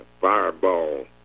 fireball